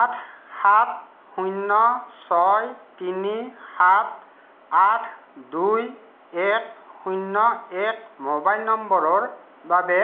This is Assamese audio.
আঠ সাত শূন্য ছয় তিনি সাত আঠ দুই এক শূন্য এক মোবাইল নম্বৰৰ বাবে